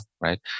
right